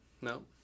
no